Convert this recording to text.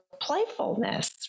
playfulness